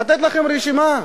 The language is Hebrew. לתת לכם רשימה?